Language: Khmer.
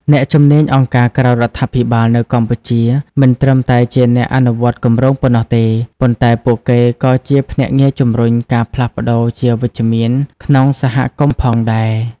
អ្នកជំនាញអង្គការក្រៅរដ្ឋាភិបាលនៅកម្ពុជា មិនត្រឹមតែជាអ្នកអនុវត្តគម្រោងប៉ុណ្ណោះទេ ប៉ុន្តែពួកគេក៏ជាភ្នាក់ងារជំរុញការផ្លាស់ប្តូរជាវិជ្ជមានក្នុងសហគមន៍ផងដែរ។